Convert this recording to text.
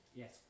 yes